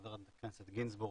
חבר הכנסת גינזבורג,